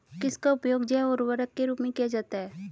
किसका उपयोग जैव उर्वरक के रूप में किया जाता है?